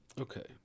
Okay